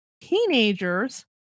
teenagers